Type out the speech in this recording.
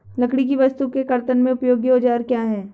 लकड़ी की वस्तु के कर्तन में उपयोगी औजार क्या हैं?